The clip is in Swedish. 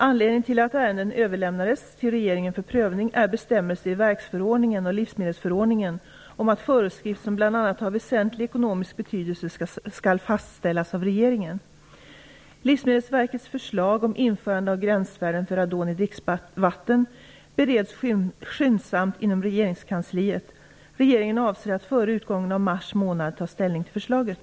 Anledningen till att ärendet överlämnades till regeringen för prövning är bestämmelser i verksförordningen och livsmedelsförordningen om att föreskrift som bl.a. har väsentlig ekonomisk betydelse skall fastställas av regeringen. Livsmedelsverkets förslag om införande av gränsvärden för radon i dricksvatten bereds skyndsamt inom regeringskansliet. Regeringen avser att före utgången av mars månad ta ställning till förslaget.